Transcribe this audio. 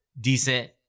decent